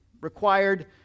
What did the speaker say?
required